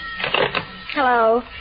Hello